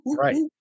right